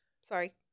Sorry